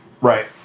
Right